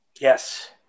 yes